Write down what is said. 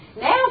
Now